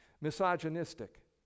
misogynistic